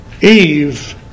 Eve